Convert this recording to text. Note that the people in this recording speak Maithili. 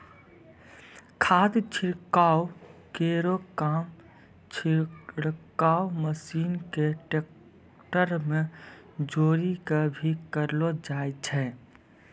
खाद छिड़काव केरो काम छिड़काव मसीन क ट्रेक्टर में जोरी कॅ भी करलो जाय छै